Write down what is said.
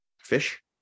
Fish